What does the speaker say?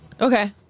Okay